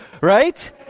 right